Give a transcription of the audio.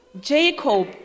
Jacob